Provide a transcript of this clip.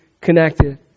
connected